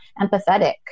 empathetic